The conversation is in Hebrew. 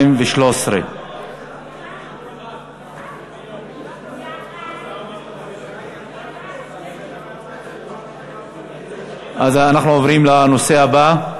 התשע"ג 2013. אם כן, אנחנו עוברים לנושא הבא.